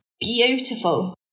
Beautiful